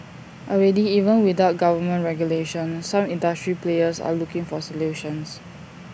already even without government regulation some industry players are looking for solutions